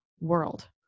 world